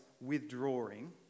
withdrawing